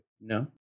No